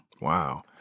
Wow